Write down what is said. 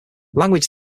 language